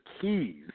Keys